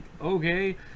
okay